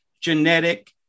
genetic